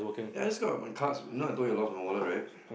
ya I just got my cards you I told you I lost my wallet right